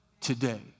today